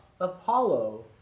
Apollo